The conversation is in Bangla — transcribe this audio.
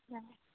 হ্যাঁ